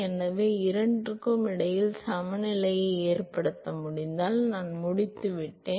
எனவே இரண்டிற்கும் இடையில் சமநிலையை ஏற்படுத்த முடிந்தால் நான் முடித்துவிட்டேன்